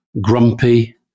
grumpy